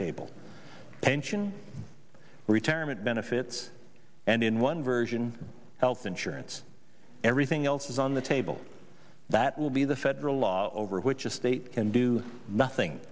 table pension retirement benefits and in one version health insurance everything else is on the table that will be the federal law over which a state can do nothing